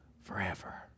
forever